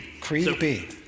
Creepy